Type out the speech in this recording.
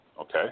Okay